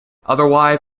otherwise